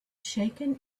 shaken